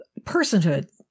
personhood